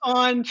on